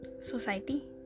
society